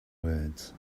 words